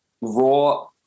raw